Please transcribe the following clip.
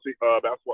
basketball